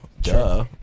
Duh